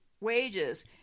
wages